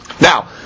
Now